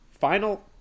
Final